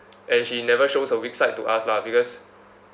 and she never shows a weak side to us lah because